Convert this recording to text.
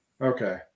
Okay